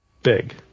Big